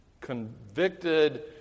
convicted